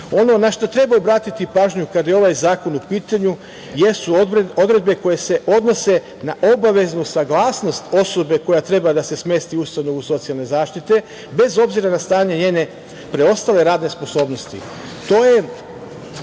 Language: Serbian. na šta treba obratiti pažnju kada je ovaj zakon u pitanju, jesu odredbe koje se odnose na obaveznu saglasnost osobe koja treba da se smesti u ustanovu socijalne zaštite, bez obzira na stanje njene preostale radne sposobnosti. To